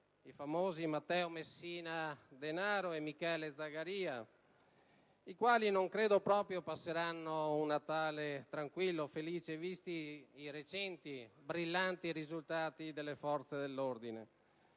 i famosi Matteo Messina Denaro e Michele Zagaria, non credo che passeranno un Natale tranquillo e felice, visti i recenti, brillanti risultati delle forze dell'ordine).